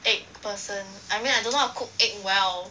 egg person I mean I don't know how to cook egg well